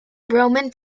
roman